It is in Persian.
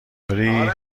اینطوری